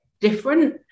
different